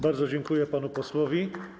Bardzo dziękuję panu posłowi.